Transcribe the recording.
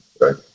right